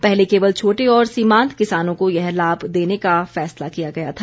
पहले केवल छोटे और सीमांत किसानों को यह लाभ देने का फैसला किया गया था